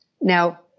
Now